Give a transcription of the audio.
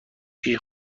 پیش